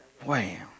Wham